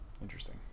Interesting